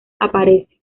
aparece